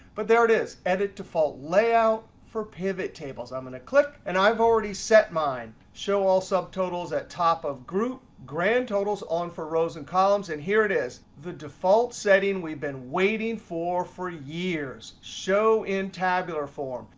but there it is. edit default layout for pivot tables. i'm going to click. and i've already set mine. show all subtotals at top of group. grand totals on for rows and columns. and here it is, the default setting we've been waiting for for years, show in tabular form.